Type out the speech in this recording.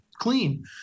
clean